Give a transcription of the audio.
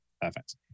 Perfect